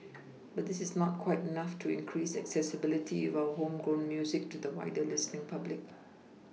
but this is not quite enough to increase accessibility of our homegrown music to the wider listening public